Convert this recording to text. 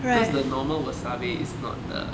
cause the normal wasabi is not the